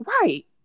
Right